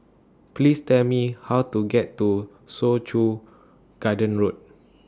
Please Tell Me How to get to Soo Chow Garden Road